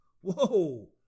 Whoa